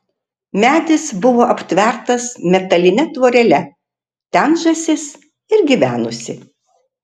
medis buvo aptvertas metaline tvorele ten žąsis ir gyvenusi